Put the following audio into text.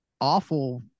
awful